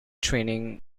training